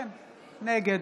נגד